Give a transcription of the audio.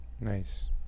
Nice